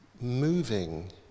moving